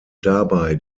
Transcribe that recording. dabei